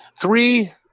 three